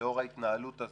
שלאור ההתנהלות הזו,